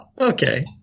okay